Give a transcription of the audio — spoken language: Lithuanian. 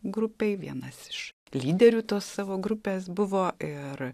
grupėj vienas iš lyderių tos savo grupės buvo ir